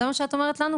זה מה שאת אומרת לנו?